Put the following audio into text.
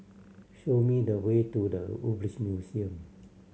show me the way to The Woodbridge Museum